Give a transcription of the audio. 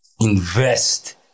Invest